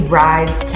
rise